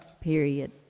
period